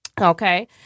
Okay